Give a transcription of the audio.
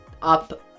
Up